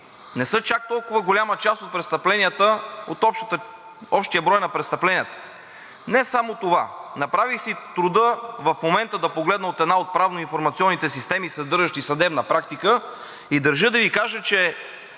не са чак толкова голяма част от престъпленията, от общия брой на престъпленията. Не само това, направих си труда в момента да погледна в една от правноинформационните системи, съдържащи съдебна практика, и държа да Ви кажа, че